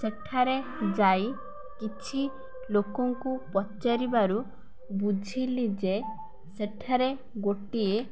ସେଠାରେ ଯାଇ କିଛି ଲୋକଙ୍କୁ ପଚାରିବାରୁ ବୁଝିଲି ଯେ ସେଠାରେ ଗୋଟିଏ